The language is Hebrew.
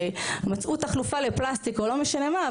שמצאו תחלופה לפלסטיק או לא משנה מה,